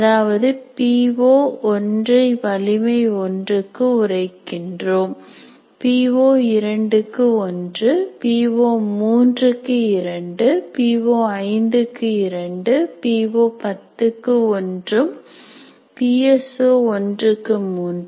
அதாவது P O 1 ஐ வலிமை ஒன்றுக்கு உரைக்கிறோம் பி ஓ 2 க்கு 1 பி ஓ 3 க்கு 2 பி ஓ 5 க்கு 2 பி ஓ 10 க்கு 1 ரூம் பி எஸ்ஓ 1 க்கு 3